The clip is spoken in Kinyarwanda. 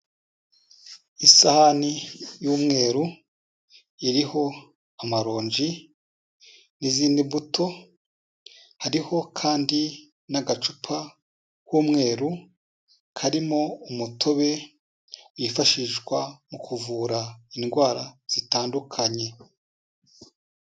Isahani y'umweru iriho amaronji n'izindi mbuto, hariho kandi n'agacupa k'umweru karimo umutobe wifashishwa mu kuvura indwara zitandukanye.